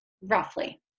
roughly